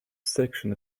selection